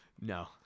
No